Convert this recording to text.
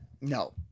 No